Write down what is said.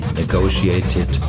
negotiated